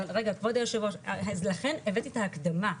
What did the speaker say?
כבוד היושב הראש, אז לכן הבאתי ההקדמה,